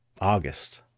august